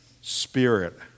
spirit